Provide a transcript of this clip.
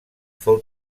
fou